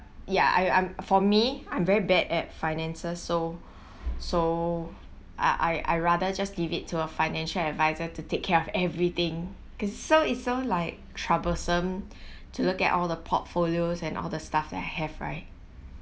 ya I'm I'm for me I'm very bad at finances so so I I I rather just leave it to a financial advisor to take care of everything cause so is so like troublesome to look at all the portfolios and all the stuff that I have right